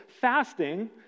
fasting